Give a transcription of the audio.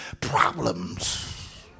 problems